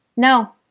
no.